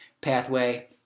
pathway